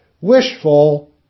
wishful